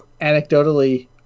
anecdotally